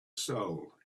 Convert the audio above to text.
soul